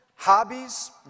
Hobbies